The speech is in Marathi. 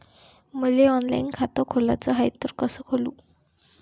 मले ऑनलाईन खातं खोलाचं हाय तर कस खोलू?